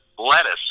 lettuce